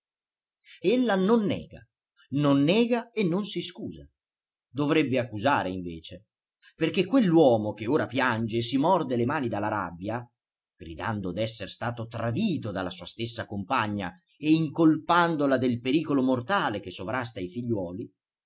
della casa ella non nega non nega e non si scusa dovrebbe accusare invece perché quell'uomo che ora piange e si morde le mani dalla rabbia gridando d'essere stato tradito dalla sua stessa compagna e incolpandola del pericolo mortale che sovrasta ai figliuoli